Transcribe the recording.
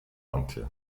antje